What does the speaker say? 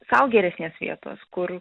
sau geresnės vietos kur